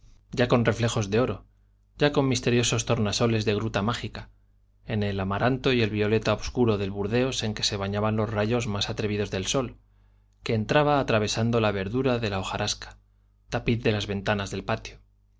ya con reflejos de oro ya con misteriosos tornasoles de gruta mágica en el amaranto y el violeta obscuro del burdeos en que se bañaban los rayos más atrevidos del sol que entraba atravesando la verdura de la hojarasca tapiz de las ventanas del patio